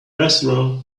restaurant